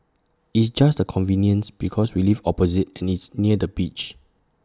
it's just the convenience because we live opposite and it's near the beach